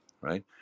Right